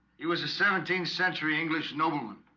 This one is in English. he was a seventeenth century english nobleman